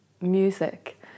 music